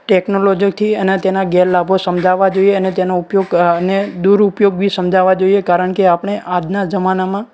ટેકનોલોજીથી અને તેના ગેરલાભો સમજાવવા જોઈએ અને તેનો ઉપયોગ અને દૂરઉપયોગ બી સમજાવવા જોઈએ કારણ કે આપણે આજના જમાનામાં